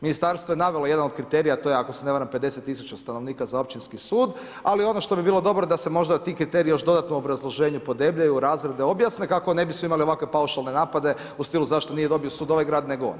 Ministarstvo je navelo jedan od kriterija, a to je ako se ne varam, 50 tisuća stanovnika za općinski sud, ali ono što bi bilo dobro da se možda ti kriteriji još dodatno u obrazloženju podebljaju i objasne, kako ne bismo imali ovakve paušalne napade u stilu zašto nije dobio sud ovaj grad, nego onaj.